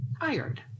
tired